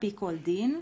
על-פי כל דין.